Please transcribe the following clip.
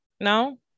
No